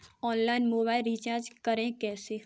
Online mobile recharge कैसे करें?